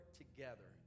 together